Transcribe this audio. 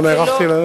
לא נערכתי לזה,